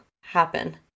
happen